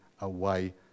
away